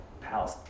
palace